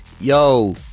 Yo